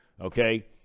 Okay